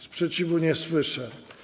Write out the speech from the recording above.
Sprzeciwu nie słyszę.